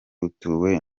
utuwe